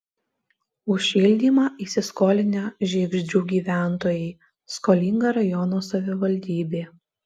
už šildymą įsiskolinę žiegždrių gyventojai skolinga rajono savivaldybė